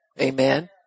Amen